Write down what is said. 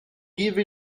give